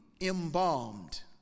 embalmed